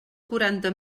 quaranta